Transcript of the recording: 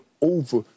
over